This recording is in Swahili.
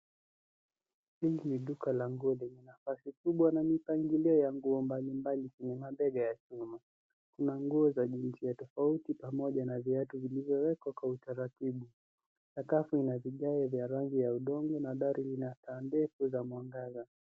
Hili ni duka la nguo lenye nafasi kubwa na mipangilio ya nguo mbali mbali yenye mabega ya chuma. Kuna nguo za jinsia tofauti pamoja na viatu vilivyowekwa kwa utaratibu. Sakafu ina vigae vya rangi ya udongo na dari ina taa ndefu za mwangaza.